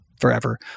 forever